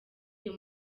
iyo